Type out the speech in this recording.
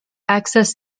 access